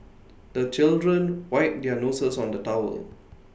the children wipe their noses on the towel